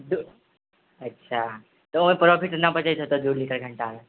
अच्छा तऽ ओहि प्रोफ़िट नहि बचय